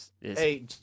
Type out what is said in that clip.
hey